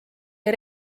jäi